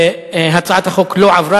הצעת החוק לא עברה,